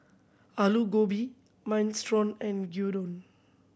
Alu Gobi Minestrone and Gyudon